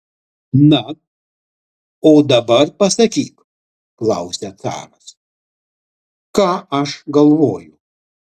na o dabar pasakyk klausia caras ką aš galvoju